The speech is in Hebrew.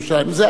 זה היה מוסד.